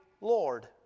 Lord